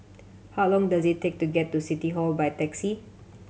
how long does it take to get to City Hall by taxi